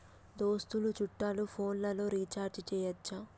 దోస్తులు చుట్టాలు ఫోన్లలో రీఛార్జి చేయచ్చా?